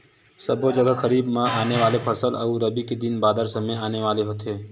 सबो जघा खरीफ म आने फसल होथे अउ रबी के दिन बादर समे आने होथे